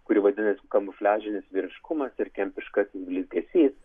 kuri vadinasi kamufliažinis vyriškumas ir kempiškasis blizgesys